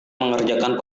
mengerjakan